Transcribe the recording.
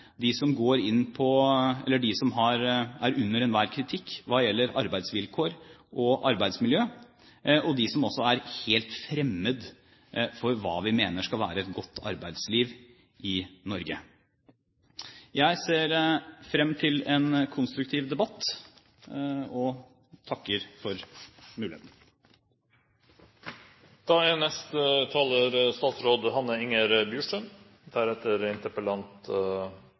de som er under enhver kritikk hva gjelder arbeidsvilkår og arbeidsmiljø, og de som er helt fremmed for hva vi mener skal være et godt arbeidsliv i Norge. Jeg ser fram til en konstruktiv debatt, og takker for muligheten.